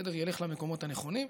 ילכו למקומות הנכונים.